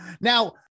Now